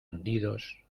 hundidos